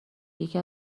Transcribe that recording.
یکی